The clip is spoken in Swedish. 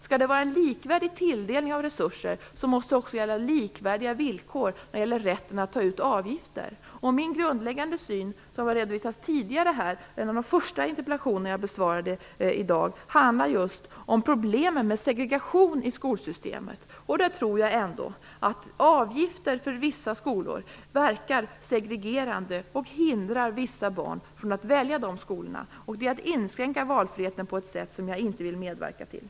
Skall det vara fråga om en likvärdig tilldelning av resurser måste skolorna också ha likvärdiga villkor vad gäller rätten att ta ut avgifter. I en av de första interpellationerna jag besvarade i dag redovisade jag min syn på problemen med segregationen i skolsystemet. Jag tror att avgifter för vissa skolor verkar segregerande och hindrar vissa barn från att välja de skolorna, och att tillåta sådana avgifter blir därmed att inskränka valfriheten på ett sätt som jag inte vill medverka till.